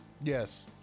Yes